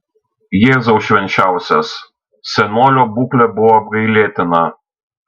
jėzau švenčiausias senolio būklė buvo apgailėtina